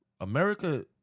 America